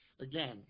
again